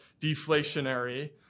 deflationary